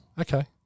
Okay